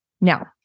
Now